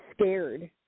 scared